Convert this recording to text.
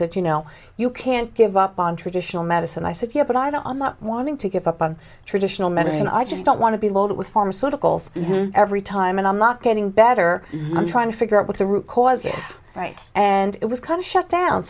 said you know you can't give up on traditional medicine i sit here but i don't i'm not wanting to give up on traditional medicine i just don't want to be loaded with pharmaceuticals every time and i'm not getting better i'm trying to figure out what the root cause is right and it was kind of shut down